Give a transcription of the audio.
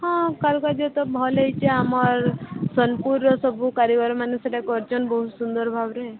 ହଁ କଲ୍ କରିଛ ତ ଭଲ ହେଇଛି ଆମର୍ ସୋନପୁରର ସବୁ କାରିଗରମାନେ ସେଟା କରିଛନ୍ ବହୁତ୍ ସୁନ୍ଦର ଭାବରେ